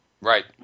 Right